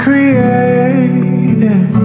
Created